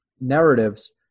narratives